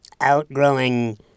outgrowing